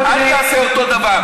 אל תעשה אותו דבר.